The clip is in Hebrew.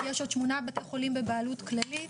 יש עוד שמונה בתי חולים בבעלות כללית